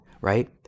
right